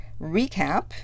recap